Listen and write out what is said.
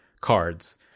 cards